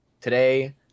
today